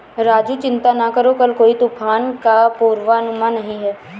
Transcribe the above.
राजू चिंता ना करो कल कोई तूफान का पूर्वानुमान नहीं है